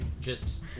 just-